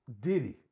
Diddy